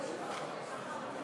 רז.